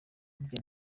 burya